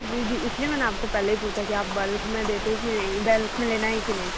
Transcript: जी जी इसलिए मैंने आपको पहले ही पूछा कि आप बल्क में देते हैं कि बल्क में लेना है कि नहीं